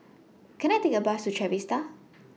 Can I Take A Bus to Trevista